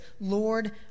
Lord